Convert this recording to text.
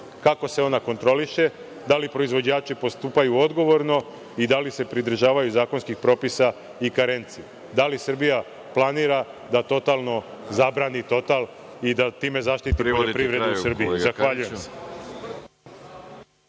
Kako se ona kontroliše? Da li proizvođači postupaju odgovorno i da li se pridržavaju zakonskih propisa i karenci? Da li Srbija planira da totalno zabrani total i da time zaštiti poljoprivredu Srbije? Zahvaljujem se.